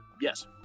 Yes